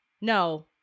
No